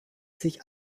sich